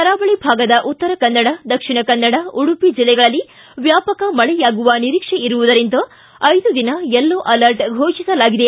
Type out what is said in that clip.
ಕರಾವಳಿ ಭಾಗದ ಉತ್ತರ ಕನ್ನಡ ದಕ್ಷಿಣ ಕನ್ನಡ ಉಡುಪಿ ಜಿಲ್ಲೆಗಳಲ್ಲಿ ವ್ಯಾಪಕ ಮಳೆಯಾಗುವ ನಿರೀಕ್ಷೆ ಇರುವುದರಿಂದ ಐದೂ ದಿನ ಯೆಲ್ಲೊ ಅಲರ್ಟ್ ಘೋಷಿಸಲಾಗಿದೆ